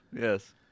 yes